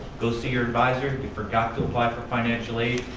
goes to your advisor, he forgot to apply for financial aid,